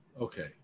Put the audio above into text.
Okay